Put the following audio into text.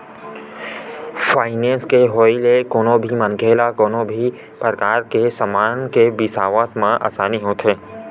finance के होय ले कोनो भी मनखे ल कोनो भी परकार के समान के बिसावत म आसानी होथे